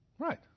Right